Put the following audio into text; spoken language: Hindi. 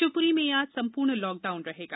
शिवपुरी में आज संपूर्ण लॉकडाउन रहेगा